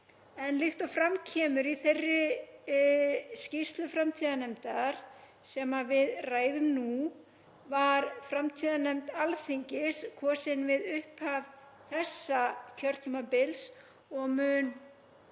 Líkt og fram kemur í þeirri skýrslu framtíðarnefndar sem við ræðum nú var framtíðarnefnd Alþingis kosin við upphaf þessa kjörtímabils og mun